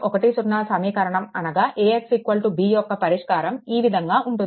10 సమీకరణం అనగా AX B యొక్క పరిష్కారం ఈ విధంగా ఉంటుంది